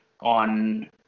on